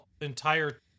entire